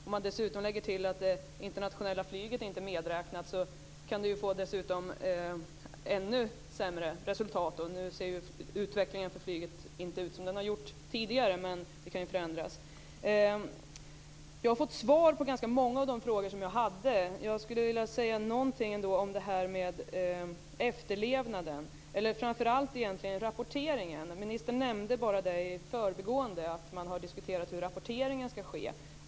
Om man till det lägger att det internationella flyget inte är medräknat, kan resultatet bli ännu sämre. Nu ser flygets utveckling inte ut så som den har gjort tidigare, men det kan ju förändras. Jag har fått svar på ganska många av de frågor som jag hade. Jag skulle ändå vilja säga någonting om rapporteringen. Ministern nämnde bara i förbigående att man har diskuterat hur rapporteringen ska ske.